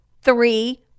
Three